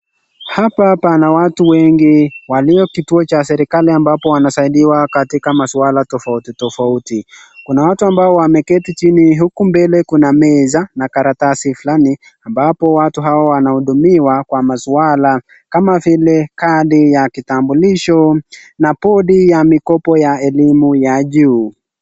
Hapa pana watu wengi walio kituo cha serikali mbapo wanasaidiwa katika maswala tofauti tofauti. Kuna watu ambao wameketi chini huku mbele kuna meza na karatasi fulani ambapo watu hawa wanahudumiwa kwa maswala kama vile, kadi ya kitambulisho na podi ya mikopo ya elimu ya juu.